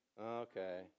Okay